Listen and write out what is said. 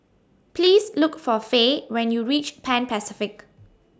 Please Look For Fae when YOU REACH Pan Pacific